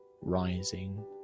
rising